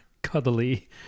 Cuddly